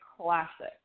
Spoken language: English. classic